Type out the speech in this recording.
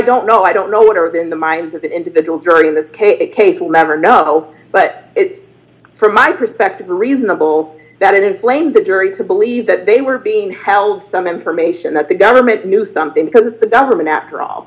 don't know i don't know what are in the minds of the individual jury in this case a case we'll never know but it's from my perspective reasonable that it inflamed the jury to believe that they were being held some information that the government knew something because the government after all